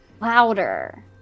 louder